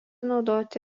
naudoti